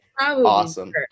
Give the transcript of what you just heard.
awesome